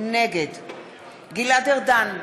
נגד גלעד ארדן,